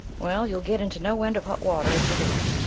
well, you'll get into no end of hot water if you do.